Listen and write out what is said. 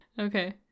Okay